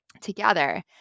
together